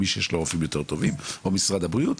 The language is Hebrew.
מי שיש לו רופאים טובים או משרד הבריאות,